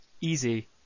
easy